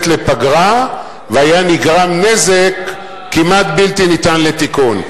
לפגרה והיה נגרם נזק כמעט בלתי ניתן לתיקון.